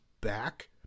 back